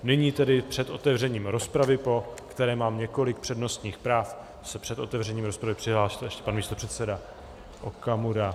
Nyní tedy před otevřením rozpravy, po kterém mám několik přednostních práv, se před otevřením rozpravy přihlásil ještě pan místopředseda Okamura.